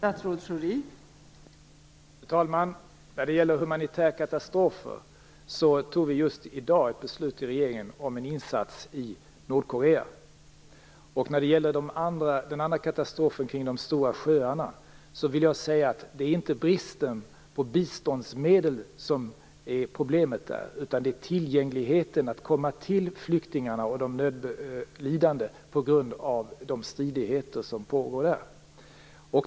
Fru talman! När det gäller insatser vid humanitära katastrofer fattade regeringen just i dag ett beslut om en insats i Nordkorea. Beträffande den andra katastrofen vid de stora sjöarna är det inte bristen på biståndsmedel som är problemet utan tillgängligheten, att nå flyktingarna och de nödlidande, på grund av de stridigheter som pågår där.